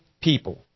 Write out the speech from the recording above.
people